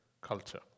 culture